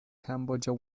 cambodia